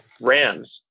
Rams